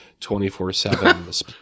24-7